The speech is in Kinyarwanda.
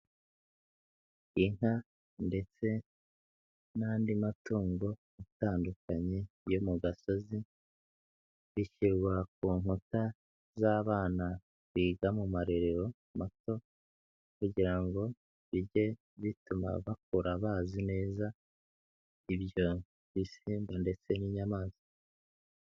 Inka ndetse n'andi matungo atandukanye yo mu gasozi, bishyirwa ku nkuta z'abana biga mu marerero mato, kugira ngo bijye bituma bakura bazi neza ibyo bisimba ndetse n'inyamaswa.